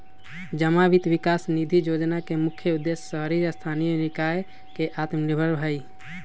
जमा वित्त विकास निधि जोजना के मुख्य उद्देश्य शहरी स्थानीय निकाय के आत्मनिर्भर हइ